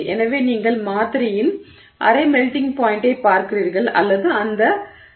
எனவே நீங்கள் மாதிரியின் அரை மெல்டிங் பாய்ண்டைப் பார்க்கிறீர்கள் அல்லது அந்த 0